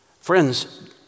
Friends